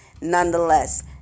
Nonetheless